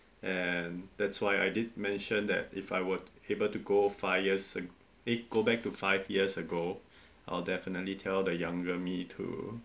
and that's why I did mention that if I were able to go five years ag~ eh go back to five year ago I'll definitely tell the younger me to